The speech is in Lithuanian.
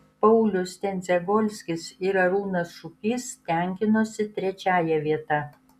paulius tendzegolskis ir arūnas šukys tenkinosi trečiąja vieta